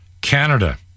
Canada